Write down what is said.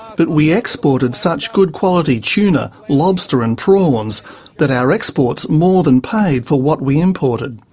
but we exported such good quality tuna, lobster and prawns that our exports more than paid for what we imported.